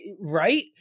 Right